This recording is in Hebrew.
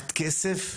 מה הכסף?